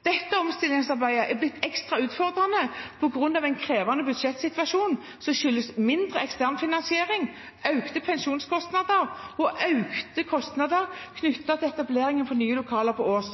Dette omstillingsarbeidet er blitt ekstra utfordrende på grunn av en krevende budsjettsituasjon, som skyldes mindre ekstern finansiering, økte pensjonskostnader og økte kostnader knyttet til etableringen i nye lokaler på Ås.